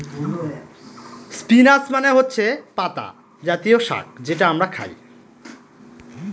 spinach মানে হচ্ছে পাতা জাতীয় শাক যেটা আমরা খায়